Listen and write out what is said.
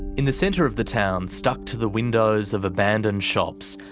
in the centre of the town, stuck to the windows of abandoned shops,